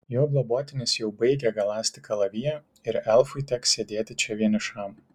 jo globotinis jau baigia galąsti kalaviją ir elfui teks sėdėti čia vienišam